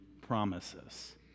promises